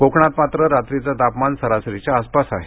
कोकणात मात्र रात्रीचं तापमान सरासरीच्या आसपास आहे